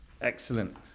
Excellent